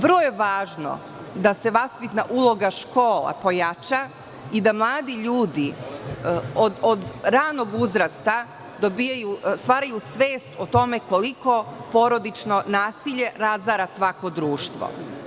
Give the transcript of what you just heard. Vrlo je važno da se vaspitna uloga škola pojača i da mladi ljudi od ranog uzrasta stvaraju svest o tome koliko porodično nasiljerazara svako društvo.